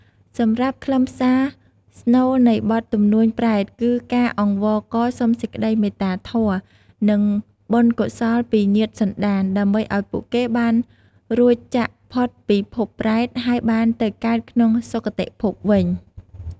សម្រាប់ខ្លឹមសារស្នូលនៃបទទំនួញប្រេត គឺការអង្វរករសុំសេចក្តីមេត្តាធម៌ និងបុណ្យកុសលពីញាតិសន្តាន ដើម្បីឲ្យពួកគេបានរួចចាកផុតពីភពប្រេត ហើយបានទៅកើតក្នុងសុគតិភពវិញ។